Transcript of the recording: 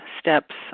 steps